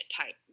type